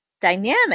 dynamic